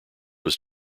was